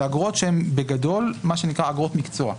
זה אגרות שבגדול הם מה שנקרא "אגרות מקצוע".